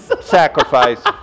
sacrifice